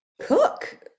cook